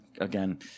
again